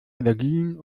allergien